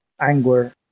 anger